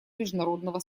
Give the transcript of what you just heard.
международного